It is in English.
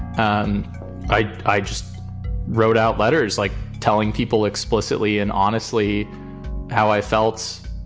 and i i just wrote out letters, like telling people explicitly and honestly how i felt